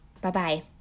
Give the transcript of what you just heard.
Bye-bye